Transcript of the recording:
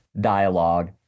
dialogue